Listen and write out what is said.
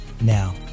Now